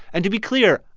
and to be clear,